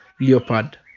leopard